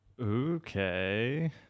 Okay